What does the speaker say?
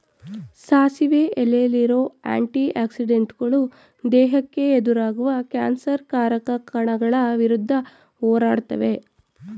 ಸಾಸಿವೆ ಎಲೆಲಿರೋ ಆಂಟಿ ಆಕ್ಸಿಡೆಂಟುಗಳು ದೇಹಕ್ಕೆ ಎದುರಾಗುವ ಕ್ಯಾನ್ಸರ್ ಕಾರಕ ಕಣಗಳ ವಿರುದ್ಧ ಹೋರಾಡ್ತದೆ